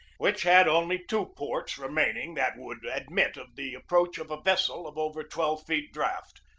which had only two ports remaining that would admit of the approach of a vessel of over twelve feet draught,